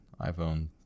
iPhone